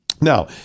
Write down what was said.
Now